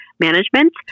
Management